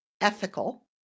ethical